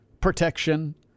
protection